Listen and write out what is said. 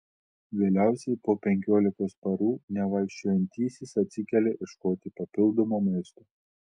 vėliausiai po penkiolikos parų nevaikščiojantysis atsikelia ieškoti papildomo maisto